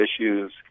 issues